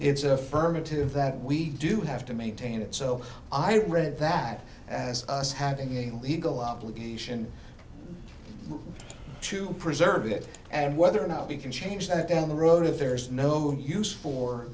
it's affirmative that we do have to maintain it so i read that as us having a legal obligation to preserve it and whether or not we can change that down the road if there is no use for